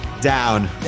Down